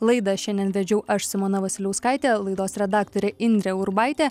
laidą šiandien vedžiau aš simona vasiliauskaitė laidos redaktorė indrė urbaitė